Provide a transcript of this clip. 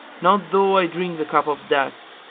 not though i drink the cup of death.